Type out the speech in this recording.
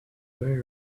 very